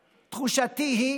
תקינה,